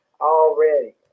Already